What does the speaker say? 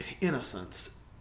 innocence